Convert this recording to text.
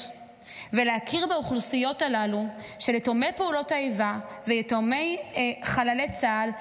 ולהכיר את האוכלוסיות הללו של יתומי פעולות האיבה ויתומי חללי צה"ל,